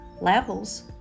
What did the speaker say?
Levels